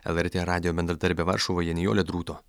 lrt radijo bendradarbė varšuvoje nijolė drūto